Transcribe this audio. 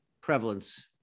prevalence